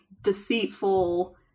deceitful